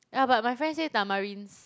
ya but my friend say tamarind's